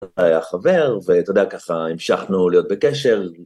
היה חבר, ואתה יודע ככה, המשכנו להיות בקשר.